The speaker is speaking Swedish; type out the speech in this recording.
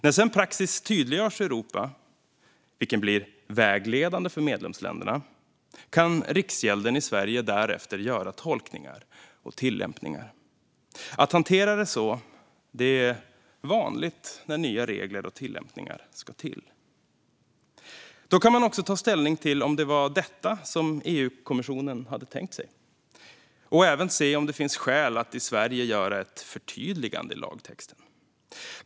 När sedan praxis tydliggörs i Europa, vilken blir vägledande för medlemsländerna, kan Riksgälden i Sverige därefter göra tolkningar och tillämpningar. Att hantera det så är vanligt när nya regler och tillämpningar ska till. Då kan man också ta ställning till om det var detta som EU-kommissionen hade tänkt sig och även se om det finns skäl att i Sverige göra ett förtydligande i lagtexten.